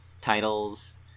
titles